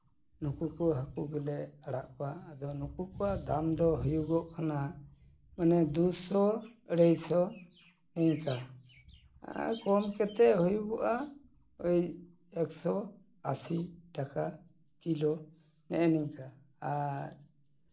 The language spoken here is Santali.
ᱱᱩᱠᱩ ᱠᱚ ᱦᱟᱹᱠᱩ ᱜᱮᱞᱮ ᱟᱲᱟᱜ ᱠᱚᱣᱟ ᱟᱫᱚ ᱱᱩᱠᱩ ᱠᱚᱣᱟᱜ ᱫᱟᱢ ᱫᱚ ᱦᱩᱭᱩᱜᱚᱜ ᱠᱟᱱᱟ ᱚᱱᱮ ᱫᱩᱥᱚ ᱟᱹᱲᱟᱹᱭ ᱥᱚ ᱤᱱᱠᱟᱹ ᱟᱨ ᱠᱚᱢ ᱠᱟᱛᱮᱫ ᱦᱩᱭᱩᱜᱚᱜᱼᱟ ᱳᱭ ᱮᱠᱥᱚ ᱟᱥᱤ ᱴᱟᱠᱟ ᱠᱤᱞᱳ ᱱᱮᱜᱼᱮ ᱱᱤᱝᱠᱟᱹ ᱟᱨ